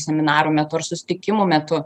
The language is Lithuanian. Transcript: seminarų metu ar susitikimų metu